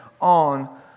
on